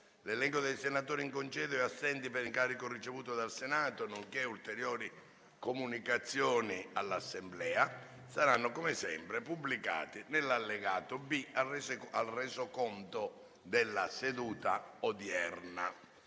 L'elenco dei senatori in congedo e assenti per incarico ricevuto dal Senato, nonché ulteriori comunicazioni all'Assemblea saranno pubblicati nell'allegato B al Resoconto della seduta odierna.